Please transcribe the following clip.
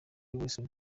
wilson